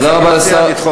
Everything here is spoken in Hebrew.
אז אני מציע לדחות את זה.